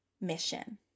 mission